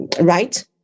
right